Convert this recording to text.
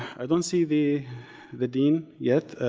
i don't see the the dean yet,